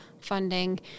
funding